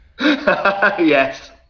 Yes